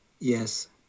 Yes